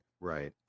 Right